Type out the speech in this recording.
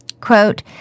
Quote